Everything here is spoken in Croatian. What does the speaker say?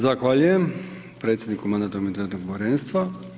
Zahvaljujem predsjedniku Mandatno-imunitetnog povjerenstva.